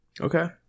Okay